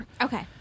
Okay